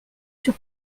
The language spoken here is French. sur